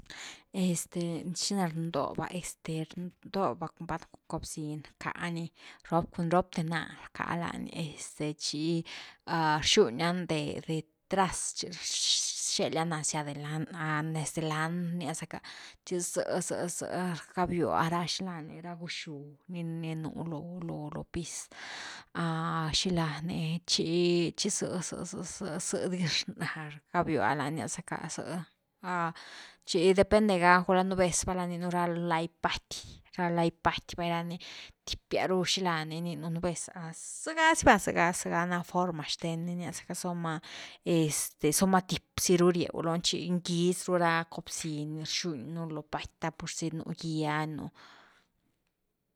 ¿Este xina rdoba? Este rndoba cun pa gobzin rcka ni cun robthe na rcka lani este chi rxunia de atrás chi rxela ni hacia deland, nes deland rnia zacka, chi zëh-zëh rgabiua xilani ra guxgyu ni-ni nú lo-lo piz xila ni chi zëh-zëh dis rgabiua lani rnia’zacka chi depende ga, gula nú vez rninu ra lai pat’y-ra lai pat’y, valna ni tipias ru xilani rninu nú vez, zega si va, zega-zega na forma xten ni va somen este zomen tip zi ru rieu lony chin gis ru ra gob ziny rxuñ nu lo pat’y te purzy nú gyé ni nu.